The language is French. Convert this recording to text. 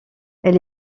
elle